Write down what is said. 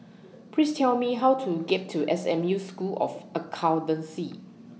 Please Tell Me How to get to S M U School of Accountancy